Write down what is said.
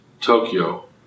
Tokyo